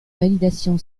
validation